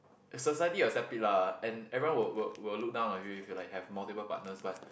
the society accept it lah and everyone will will will look down on you if you like have multiple partners but